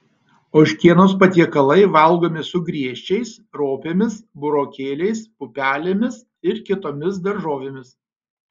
ožkienos patiekalai valgomi su griežčiais ropėmis burokėliais pupelėmis ir kitomis daržovėmis